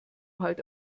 halt